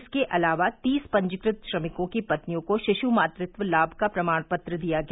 इसके अलावा तीस पंजीकृत श्रमिकों की पत्नियों को शिशु मातृत्व लाभ का प्रमाण पत्र दिया गया